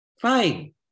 Fine